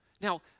Now